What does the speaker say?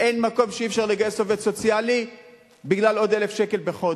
אין מקום שאי-אפשר לגייס עובד סוציאלי בגלל עוד 1,000 שקלים בחודש.